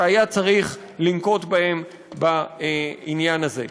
שהיה צריך לנקוט בעניין הזה.